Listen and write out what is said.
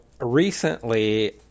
recently